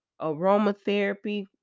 aromatherapy